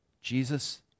Jesus